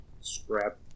scrap